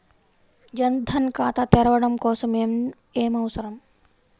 జన్ ధన్ ఖాతా తెరవడం కోసం ఏమి అవసరం?